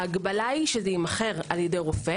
ההגבלה היא שזה יימכר על ידי רופא